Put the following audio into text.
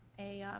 a